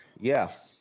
Yes